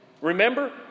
Remember